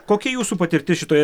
kokia jūsų patirtis šitoje